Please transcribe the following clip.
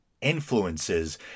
influences